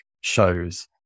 shows